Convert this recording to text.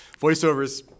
voiceovers